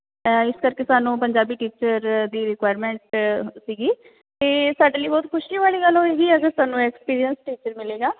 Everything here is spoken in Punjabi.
ਤਾਂ ਇਸ ਕਰਕੇ ਸਾਨੂੰ ਪੰਜਾਬੀ ਟੀਚਰ ਦੀ ਰਿਕੁਇਰਮੈਂਟ ਸੀਗੀ ਅਤੇ ਸਾਡੇ ਲਈ ਬਹੁਤ ਖੁਸ਼ੀ ਵਾਲੀ ਗੱਲ ਹੋਏਗੀ ਅਗਰ ਸਾਨੂੰ ਐਕਸਪੀਰੀਅੰਸ ਟੀਚਰ ਮਿਲੇਗਾ